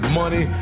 money